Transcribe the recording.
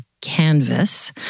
canvas